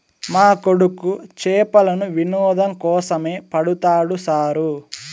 మా కొడుకు చేపలను వినోదం కోసమే పడతాడు సారూ